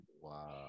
Wow